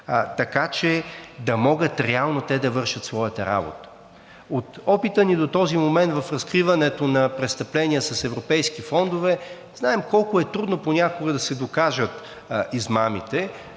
така че да могат реално те да вършат своята работа. От опита ни до този момент в разкриването на престъпления с европейски фондове знаем колко е трудно понякога да се докажат измамите